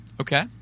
Okay